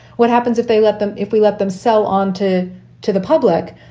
what happens if they let them? if we let them sell onto to the public,